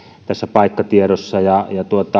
paikkatiedossa